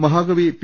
മഹാകവി പി